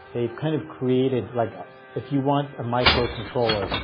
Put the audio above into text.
they've kind of created like if you want a microcontroller,